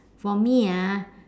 for me ah